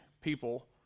people